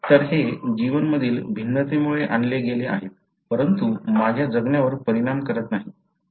तर हे जीनमधील भिन्नतेमुळे आणले गेले आहेत परंतु माझ्या जगण्यावर परिणाम करत नाहीत